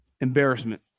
Embarrassment